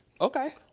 okay